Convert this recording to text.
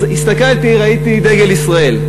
אז הסתכלתי, ראיתי דגל ישראל.